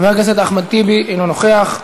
חבר הכנסת אחמד טיבי, אינו נוכח.